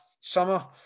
summer